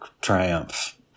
triumph